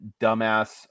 dumbass